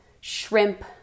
shrimp